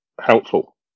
helpful